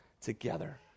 together